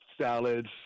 salads